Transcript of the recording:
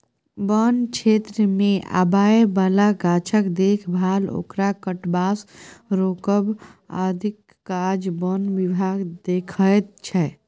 बन क्षेत्रमे आबय बला गाछक देखभाल ओकरा कटबासँ रोकब आदिक काज बन विभाग देखैत छै